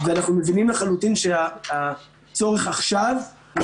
אנחנו מבינים לחלוטין שהצורך עכשיו הוא